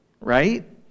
Right